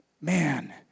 man